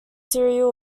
serial